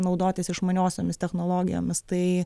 naudotis išmaniosiomis technologijomis tai